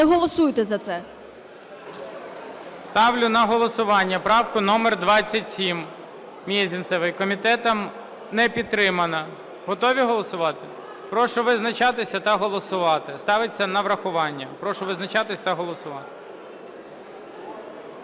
Не голосуйте за це. ГОЛОВУЮЧИЙ. Ставлю на голосування правку номер 27 Мезенцевої. Комітетом не підтримана. Готові голосувати? Прошу визначатися та голосувати. Ставиться на врахування. Прошу визначатись та голосувати.